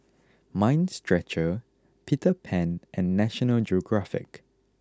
Mind Stretcher Peter Pan and National Geographic